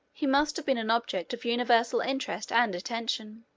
he must have been an object of universal interest and attention.